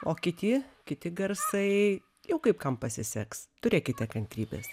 o kiti kiti garsai jau kaip kam pasiseks turėkite kantrybės